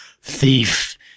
thief